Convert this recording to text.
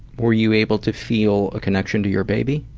were you able to feel a connection to your baby?